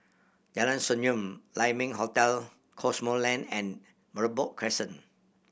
Jalan Senyum Lai Ming Hotel Cosmoland and Merbok Crescent